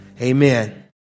amen